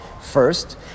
first